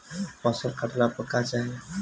फसल काटेला का चाही?